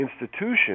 institution